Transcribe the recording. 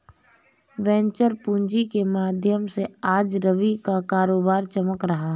venture पूँजी के माध्यम से आज रवि का कारोबार चमक रहा है